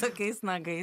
tokiais nagai